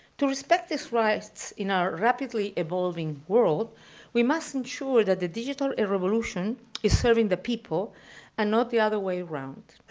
to respect this rights in our rapidly evolving world we must ensure that the digital revolution is serving the people and not the other way around.